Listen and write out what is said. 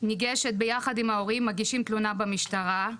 ניגשת ביחד עם ההורים, מגישים תלונה במשטרה,